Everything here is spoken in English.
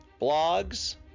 blogs